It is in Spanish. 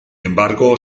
embargo